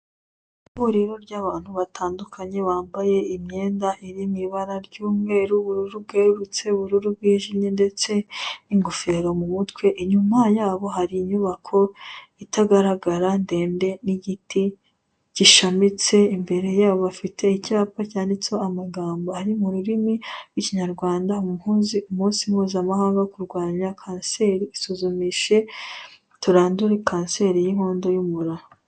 Ihuriro ry'abantu batandukanye bambaye imyenda iri mu ibara ry'umweru, ubururu bwererutse, ubururu bwijimye ndetse n'ingofero mu mutwe, inyuma yabo hari inyubako itagaragara ndende n'igiti gishamitse, imbere yabo bafite icyapa cyanaditseho amagambo ari mu rurimi rw'Ikinyarwanda, umunsi mpuzamahanga wo kurwanya kanseri, isuzumishe turandure kanseri y'inkondo y'umura.